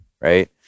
right